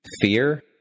fear